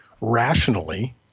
rationally